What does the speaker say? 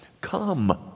Come